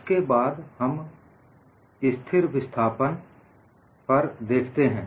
उसके बाद हम स्थिर विस्थापन पर देखते हैं